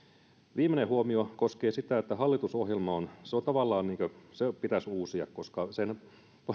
viimeinen huomio koskee sitä että hallitusohjelma pitäisi tavallaan uusia koska sen